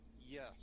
Yes